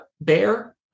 bear